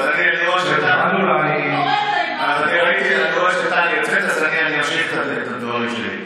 אני רואה שטלי יוצאת, אז אמשיך את הדברים שלי.